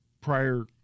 prior